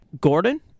Gordon